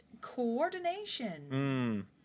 coordination